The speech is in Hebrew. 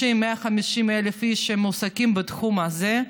זה 130,000, 150,000 איש שמועסקים בתחום הזה.